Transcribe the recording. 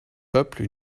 peuple